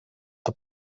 the